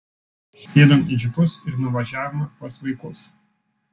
sėdom į džipus ir nuvažiavome pas vaikus